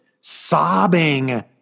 sobbing